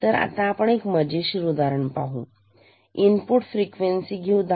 तर आता आपण एक मजेशीर उदाहरण घेऊइनपुट फ्रीक्वेंसी घेऊ 10